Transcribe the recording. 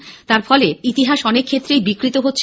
তাই বলে ইতিহাস অনেক ক্ষেত্রেই বিকৃত হচ্ছে